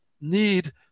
need